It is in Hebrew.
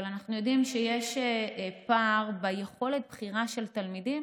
אבל אנחנו יודעים שיש פער ביכולת של תלמידים